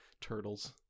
Turtles